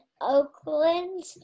Oakland